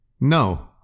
No